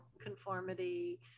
conformity